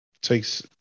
takes